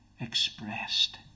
expressed